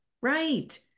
Right